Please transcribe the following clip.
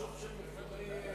יישוב של מפוני גוש-קטיף.